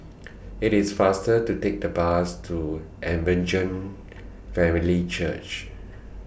IT IS faster to Take The Bus to Evangel Family Church